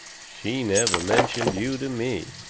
she never mentioned you to me.